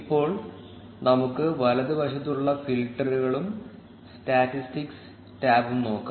ഇപ്പോൾ നമുക്ക് വലതുവശത്തുള്ള ഫിൽട്ടറുകളും സ്റ്റാറ്റിസ്റ്റിക്സ് ടാബും നോക്കാം